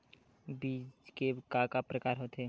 बीज के का का प्रकार होथे?